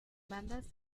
bandas